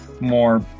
more